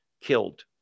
killed